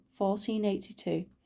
1482